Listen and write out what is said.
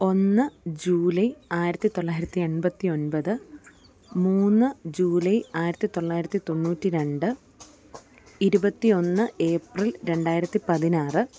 ഒന്ന് ജൂലൈ ആയിരത്തി തൊള്ളായിരത്തി എൺപത്തി ഒൻപത് മൂന്ന് ജൂലൈ ആയിരത്തി തൊള്ളായിരത്തി തൊണ്ണൂറ്റി രണ്ട് ഇരുപത്തി ഒന്ന് ഏപ്രിൽ രണ്ടായിരത്തി പതിനാറ്